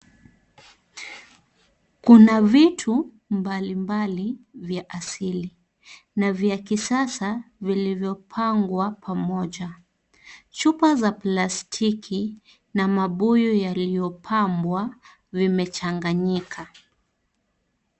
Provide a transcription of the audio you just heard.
Kuna vitu mbali mbali vya asili na vya kisasa vilivyopangwa pamoja, chupa za plastiki na mabuyu yaliyopambwa vimechanganyika.